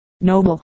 noble